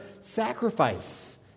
sacrifice